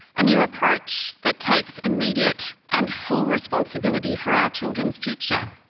a new approach that takes immediate and full responsibility for our children's future,